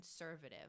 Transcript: conservative